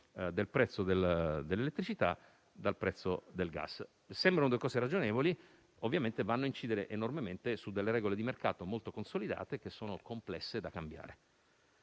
del prezzo dell'elettricità dal prezzo del gas. Sembrano due cose ragionevoli, che ovviamente vanno a incidere enormemente su delle regole di mercato molto consolidate e complesse da cambiare.